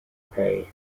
pay